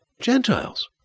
Gentiles